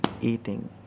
eating